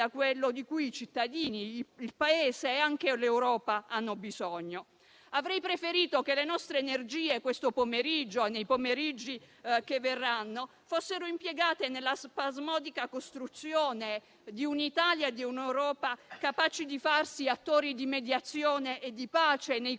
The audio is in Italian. quello di cui i cittadini, il Paese e anche l'Europa hanno bisogno. Avrei preferito che le nostre energie, oggi pomeriggio e nei pomeriggi che verranno, fossero impiegate nella spasmodica costruzione di un'Italia e di un'Europa capaci di farsi attori di mediazione e di pace nei conflitti